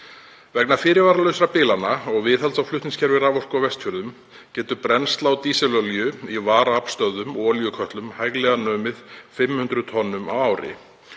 Vegna fyrirvaralausra bilana og viðhalds á flutningskerfi raforku á Vestfjörðum getur brennsla á dísilolíu í varaaflsstöðvum og olíukötlum hæglega numið 500 tonnum á ári.